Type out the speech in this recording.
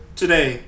today